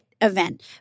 event